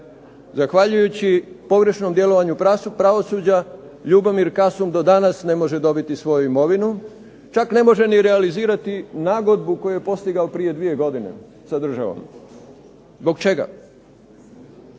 zahvaljujući pogrešnom djelovanju pravosuđa Ljubomir Kasum do danas ne može dobiti svoju imovinu, čak ne može ni realizirati nagodbu koju je postigao prije dvije godine sa državom. Zbog čega?